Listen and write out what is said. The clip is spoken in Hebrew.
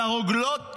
על הרוגלות